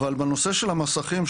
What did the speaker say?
בנושא של המסכים,